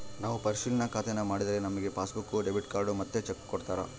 ನಾವು ಪರಿಶಿಲನಾ ಖಾತೇನಾ ಮಾಡಿದ್ರೆ ನಮಿಗೆ ಪಾಸ್ಬುಕ್ಕು, ಡೆಬಿಟ್ ಕಾರ್ಡ್ ಮತ್ತೆ ಚೆಕ್ಕು ಕೊಡ್ತಾರ